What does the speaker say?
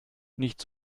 nicht